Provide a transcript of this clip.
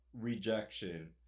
rejection